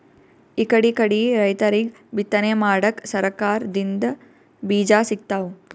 ಇಕಡಿಕಡಿ ರೈತರಿಗ್ ಬಿತ್ತನೆ ಮಾಡಕ್ಕ್ ಸರಕಾರ್ ದಿಂದ್ ಬೀಜಾ ಸಿಗ್ತಾವ್